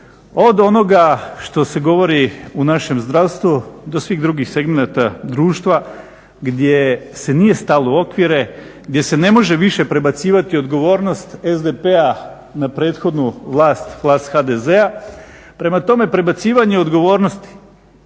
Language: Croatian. Od onoga što se govori u našem zdravstvu do svih drugih segmenata društva gdje se nije stalo u okvire, gdje se ne može više prebacivati odgovornost SDP-a na prethodnu vlast, vlast HDZ-a. Prema tome prebacivanje odgovornosti